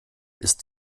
ist